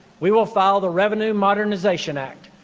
we will file the revenue modernization act,